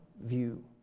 view